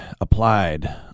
applied